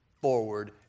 forward